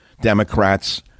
Democrats